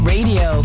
Radio